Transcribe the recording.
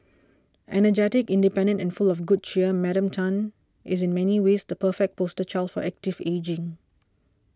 energetic independent and full of good cheer Madam Tan is in many ways the perfect poster child for active ageing